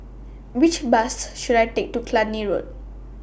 Which Bus should I Take to Cluny Road